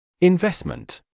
Investment